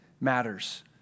matters